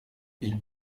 ils